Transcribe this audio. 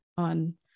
On